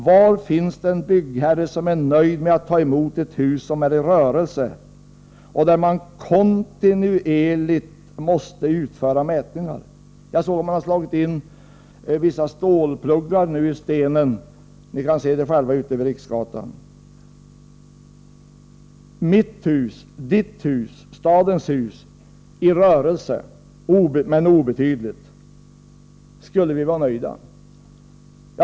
Var finns den byggherre som är nöjd med att ta emot ett hus som är i rörelse och där man kontinuerligt måste utföra mätningar? Jag såg att man nu har slagit in vissa stålpluggar i stenen. Ni kan se det själva utifrån Riksgatan. Mitt hus, ditt hus, stadens hus i rörelse — men obetydligt. Skulle vi vara nöjda?